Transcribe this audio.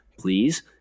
Please